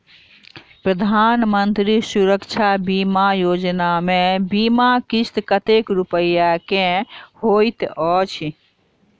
प्रधानमंत्री सुरक्षा बीमा योजना मे बीमा किस्त कतेक रूपया केँ होइत अछि?